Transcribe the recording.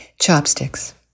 Chopsticks